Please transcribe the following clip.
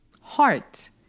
heart